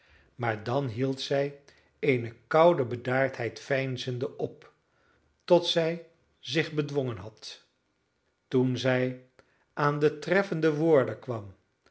maar dan hield zij eene koude bedaardheid veinzende op tot zij zich bedwongen had toen zij aan de treffende woorden kwam